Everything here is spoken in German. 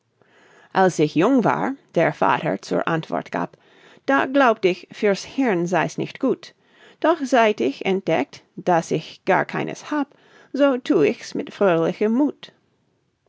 als ich jung war der vater zur antwort gab da glaubt ich für's hirn sei's nicht gut doch seit ich entdeckt daß ich gar keines hab so thu ich's mit fröhlichem muth